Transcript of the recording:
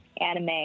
anime